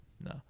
no